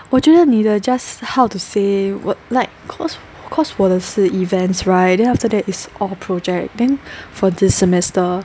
我觉得你的 just how to say like cause cause 我的是 events right then after that is all project then for this semester